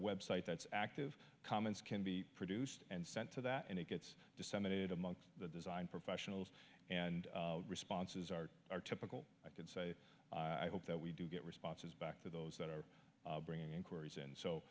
website that's active comments can be produced and sent to that and it gets disseminated among the design professionals and responses are our typical i could say i hope that we do get responses back to those that are bringing inquiries and